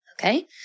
okay